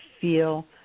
feel